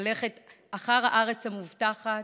ללכת אל הארץ המובטחת,